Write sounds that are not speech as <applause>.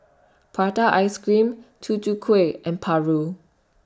<noise> Prata Ice Cream Tutu Kueh and Paru